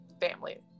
family